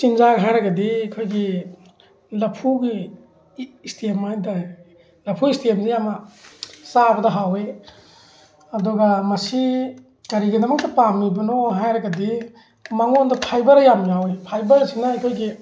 ꯆꯤꯟꯖꯥꯛ ꯍꯥꯏꯔꯒꯗꯤ ꯑꯩꯈꯣꯏꯒꯤ ꯂꯐꯨꯒꯤ ꯏꯁꯇꯦꯝ ꯍꯥꯏ ꯇꯥꯏꯌꯦ ꯂꯐꯨ ꯏꯁꯇꯦꯝꯁꯦ ꯌꯥꯝꯅ ꯆꯥꯕꯗ ꯍꯥꯎꯋꯤ ꯑꯗꯨꯒ ꯃꯁꯤ ꯀꯔꯤꯒꯤꯗꯃꯛꯇ ꯄꯥꯝꯃꯤꯕꯅꯣ ꯍꯥꯏꯔꯒꯗꯤ ꯃꯉꯣꯟꯗ ꯐꯥꯏꯕꯔ ꯌꯥꯝ ꯌꯥꯎꯋꯤ ꯐꯥꯏꯕꯔꯁꯤꯅ ꯑꯩꯈꯣꯏꯒꯤ